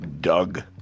doug